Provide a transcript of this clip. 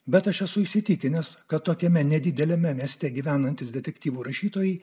bet aš esu įsitikinęs kad tokiame nedideliame mieste gyvenantis detektyvų rašytojai